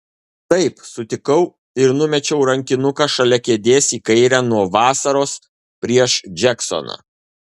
taip sutikau ir numečiau rankinuką šalia kėdės į kairę nuo vasaros prieš džeksoną